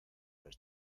les